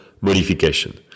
modification